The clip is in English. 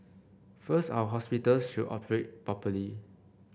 first our hospitals should operate properly